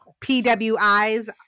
PWIs